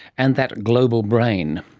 and that global brain.